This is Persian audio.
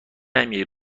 نمیری